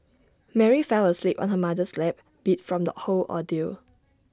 Mary fell asleep on her mother's lap beat from the whole ordeal